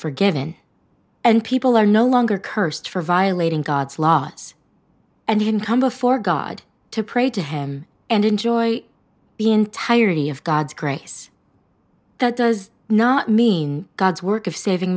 forgiven and people are no longer cursed for violating god's laws and even come before god to pray to him and enjoy the entirety of god's grace that does not mean god's work of saving